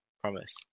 Promise